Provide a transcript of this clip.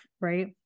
right